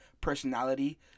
personality